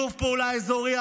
שיתוף פעולה אזורי,